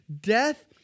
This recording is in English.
death